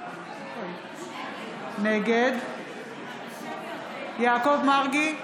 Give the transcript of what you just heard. נגד יעקב מרגי,